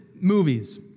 movies